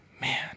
man